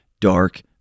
dark